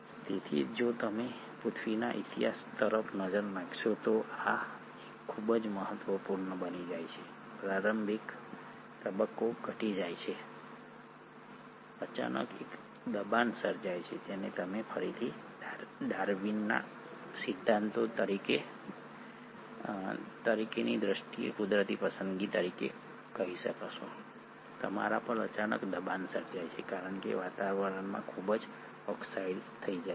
તેથી જો તમે પૃથ્વીના ઇતિહાસ તરફ નજર નાખો તો આ ખૂબ જ મહત્વપૂર્ણ બની જાય છે પ્રારંભિક તબક્કો ઘટી રહ્યો છે અચાનક એક દબાણ સર્જાય છે જેને હું ફરીથી ડાર્વિનના સિદ્ધાંતની દ્રષ્ટિએ કુદરતી પસંદગી તરીકે કહીશ તમારા પર અચાનક દબાણ સર્જાય છે કારણ કે વાતાવરણ ખૂબ જ ઓક્સિડાઇઝ્ડ થઈ જાય છે